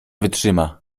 wytrzyma